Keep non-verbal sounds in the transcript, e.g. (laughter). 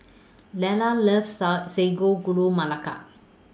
Lera loves (unintelligible) Sago Gula Melaka